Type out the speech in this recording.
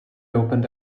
opened